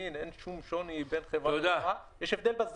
ככל שרישיון או תעודה כאמור נדרשים באותה